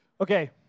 Okay